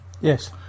yes